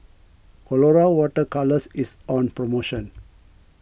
Colora Water Colours is on promotion